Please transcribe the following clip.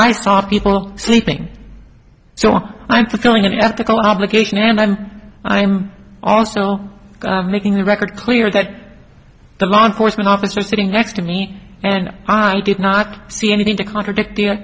i saw people sleeping so i'm going to be ethical obligation and i'm i'm also making the record clear that the law enforcement officer sitting next to me and i did not see anything to contradict the